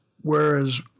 whereas